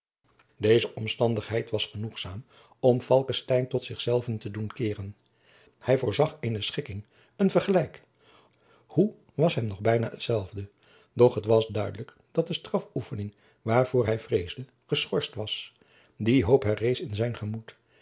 deze omstandigheid was genoegzaam om falckestein tot zich zelven te doen keeren hij voorzag eene schikking een vergelijk hoe was hem nog bijna hetzelfde doch het was duidelijk dat de strafoefening waarvoor hij vreesde geschorst was die hoop herrees in zijn gemoed